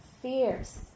fierce